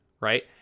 right